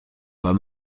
pas